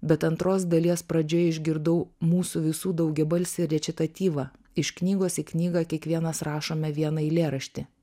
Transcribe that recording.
bet antros dalies pradžioje išgirdau mūsų visų daugiabalsį rečitatyvą iš knygos į knygą kiekvienas rašome vieną eilėraštį